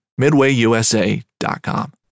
MidwayUSA.com